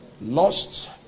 lost